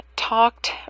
talked